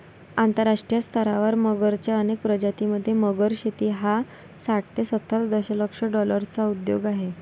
आंतरराष्ट्रीय स्तरावर मगरच्या अनेक प्रजातीं मध्ये, मगर शेती हा साठ ते सत्तर दशलक्ष डॉलर्सचा उद्योग आहे